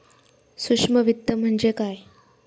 सूक्ष्म वित्त म्हणजे काय?